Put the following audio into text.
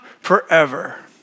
forever